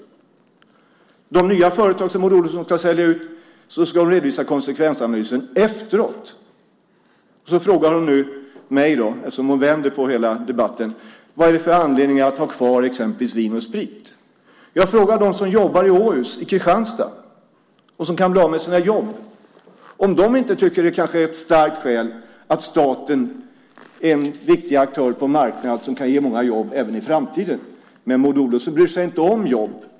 När det gäller de nya företag som Maud Olofsson ska sälja ut ska hon, som sagt, redovisa konsekvensanalysen efteråt . Nu frågar hon mig, eftersom hon vänder på hela debatten, vad det finns för anledning att ha kvar exempelvis Vin & Sprit. Ja, fråga dem som jobbar i Åhus och Kristianstad som kan bli av med sina jobb om de inte tycker att det kanske är ett starkt skäl att staten är en viktig aktör på en marknad som kan ge många jobb även i framtiden! Maud Olofsson bryr sig inte om jobben.